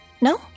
No